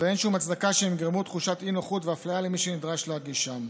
ואין שום הצדקה שהם יגרמו תחושת אי-נוחות ואפליה למי שנדרש להגישם.